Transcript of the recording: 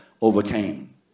overcame